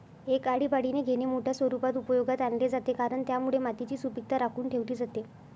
एक आळीपाळीने घेणे मोठ्या स्वरूपात उपयोगात आणले जाते, कारण त्यामुळे मातीची सुपीकता राखून ठेवली जाते